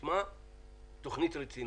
כעל תכנית רצינית.